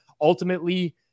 ultimately